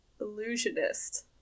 Illusionist